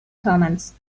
commands